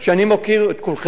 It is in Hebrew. את כולכם אני מכיר,